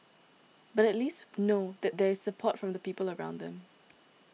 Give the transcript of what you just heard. but at least know that there is support from the people around them